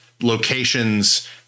locations